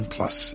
Plus